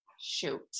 shoot